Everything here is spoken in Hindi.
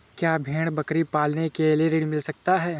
क्या भेड़ बकरी पालने के लिए ऋण मिल सकता है?